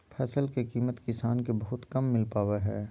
फसल के कीमत किसान के बहुत कम मिल पावा हइ